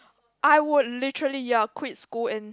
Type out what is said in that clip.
I would literally ya quit school and